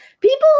people